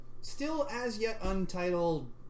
still-as-yet-untitled